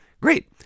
Great